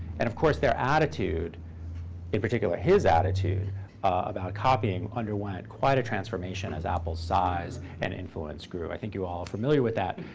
and of course, their attitude in particular, his attitude about copying underwent quite a transformation as apple's size and influence grew. i think you all are familiar with that.